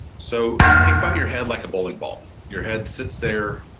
so think about your head like a bowling ball. your head sits there,